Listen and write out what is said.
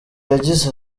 yagize